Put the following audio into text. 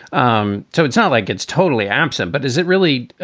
um so it's not like it's totally absent. but does it really